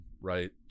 right